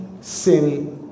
sin